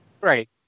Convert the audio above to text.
Right